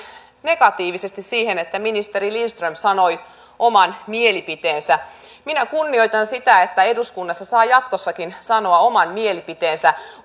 negatiivisesti siihen että ministeri lindström sanoi oman mielipiteensä minä kunnioitan sitä että eduskunnassa saa jatkossakin sanoa oman mielipiteensä